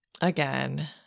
again